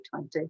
2020